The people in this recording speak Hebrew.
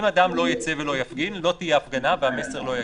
אם אדם לא יצא ולא יפגין לא תהיה הפגנה והמסר לא יגיע.